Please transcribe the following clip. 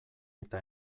eta